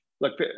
look